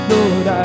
Lord